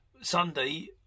Sunday